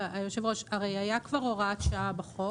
הייתה כבר הוראת שעה בחוק.